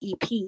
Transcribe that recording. EP